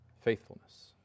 faithfulness